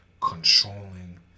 controlling